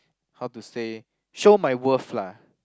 how to say show my worth lah